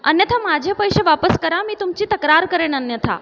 अन्यथा माझे पैसे वापस करा मी तुमची तक्रार करेन अन्यथा